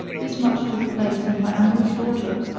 this much took place and my uncle's daughter,